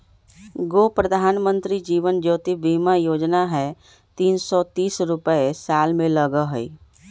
गो प्रधानमंत्री जीवन ज्योति बीमा योजना है तीन सौ तीस रुपए साल में लगहई?